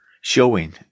showing